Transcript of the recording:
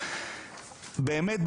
באמת,